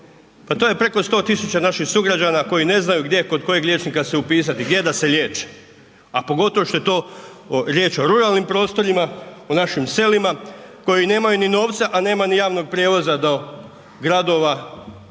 Pa to je preko 100 tisuća naših sugrađana koji ne znaju gdje kod kojeg liječnika se upisati, gdje da se liječe. A pogotovo što je to riječ o ruralnim prostorima, o našim selima koji nemaju ni novca a nema ni javnog prijevoza do gradova,